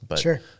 Sure